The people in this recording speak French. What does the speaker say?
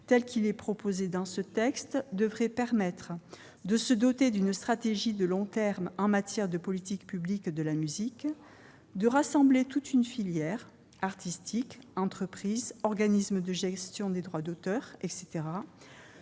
au travers de ce texte devrait permettre de se doter d'une stratégie de long terme en matière de politique publique de la musique, de rassembler toute une filière- artistes, entreprises, organismes de gestion des droits d'auteur, etc.